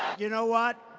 you know what?